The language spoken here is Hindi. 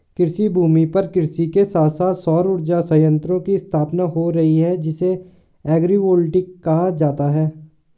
कृषिभूमि पर कृषि के साथ साथ सौर उर्जा संयंत्रों की स्थापना हो रही है जिसे एग्रिवोल्टिक कहा जाता है